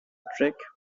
trick